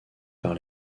par